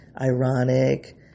ironic